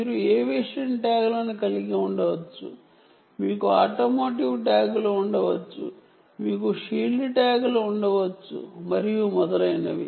మీరు ఏవియేషన్ ట్యాగ్లను కలిగి ఉండవచ్చు మీకు ఆటోమోటివ్ ట్యాగ్లు ఉండవచ్చు మీకు షీల్డ్ ట్యాగ్లు ఉండవచ్చు మరియు మొదలైనవి